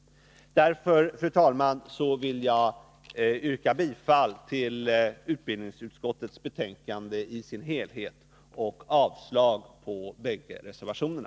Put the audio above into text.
Därför, fru talman, vill jag yrka bifall till utskottets hemställan i dess helhet och avslag på båda reservationerna.